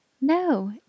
No